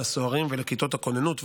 לסוהרים ולכיתות הכוננות,